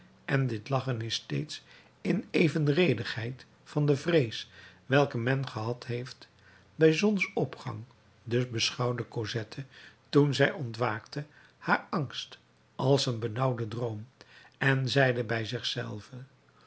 en dit lachen is steeds in evenredigheid van de vrees welke men gehad heeft bij zonsopgang dus beschouwde cosette toen zij ontwaakte haar angst als een benauwden droom en zeide bij